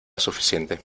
suficiente